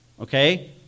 Okay